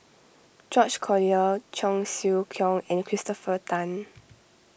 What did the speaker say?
George Collyer Cheong Siew Keong and Christopher Tan